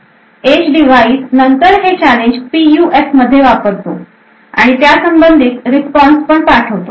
age device नंतर हे challenge PUF मध्ये वापरतो आणि त्यासंबंधित रिस्पॉन्स पण वापरतो